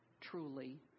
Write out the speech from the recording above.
truly